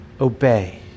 obey